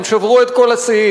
הם שברו את כל השיאים.